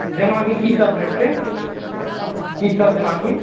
जेना कि की सब भेटतै की सब जेना की